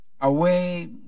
Away